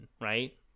right